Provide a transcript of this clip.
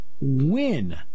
win